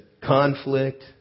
conflict